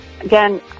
again